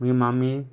मुगे मामी